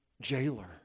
jailer